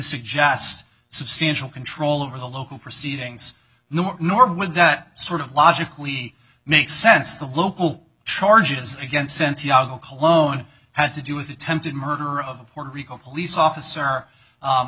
suggest substantial control over the local proceedings nor would that sort of logically make sense the local charges against since jago cologne had to do with attempted murder of puerto rico police officer